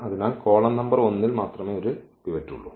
അതിനാൽ column number 1 ൽ ഒരു പിവറ്റ് മാത്രമേയുള്ളൂ